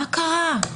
מה קרה?